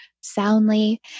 soundly